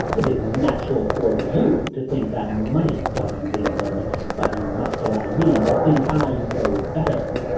it is natural for you to think that money governs england but you must allow me to think i know better.